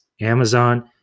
Amazon